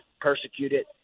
persecuted